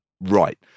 right